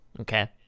Okay